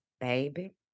baby